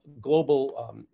global